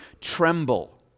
tremble